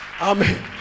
Amen